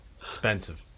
expensive